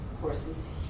courses